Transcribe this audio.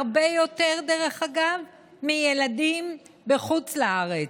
הרבה יותר, דרך אגב, מילדים בחוץ לארץ,